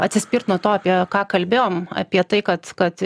atsispirt nuo to apie ką kalbėjom apie tai kad kad